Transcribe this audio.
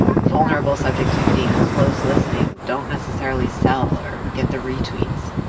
vulnerable subjectivity and close listening don't necessarily sell or get the retweets.